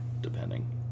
depending